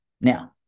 Now